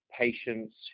patients